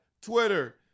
twitter